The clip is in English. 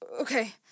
Okay